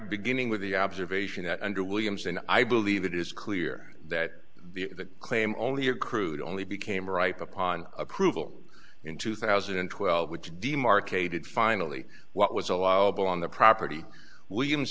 beginning with the observation that under williamson i believe it is clear that the claim only accrued only became ripe upon approval in two thousand and twelve which demarcated finally what was allowable on the property williams